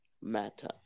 matter